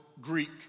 Greek